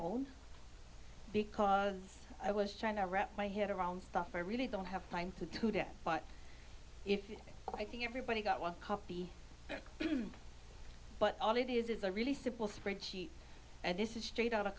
own because i was trying to wrap my head around stuff i really don't have time to do that if i think everybody got one b but all it is is a really simple spreadsheet and this is straight o